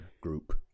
Group